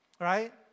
Right